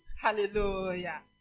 hallelujah